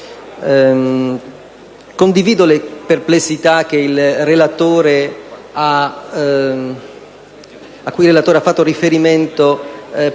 Condivido le perplessità alle quali il relatore ha fatto riferimento,